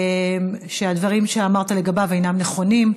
שהדברים שאמרת לגביו אינם נכונים.